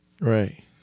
Right